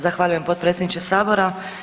Zahvaljujem potpredsjedniče Sabora.